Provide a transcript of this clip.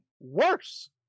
worse